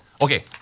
Okay